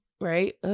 right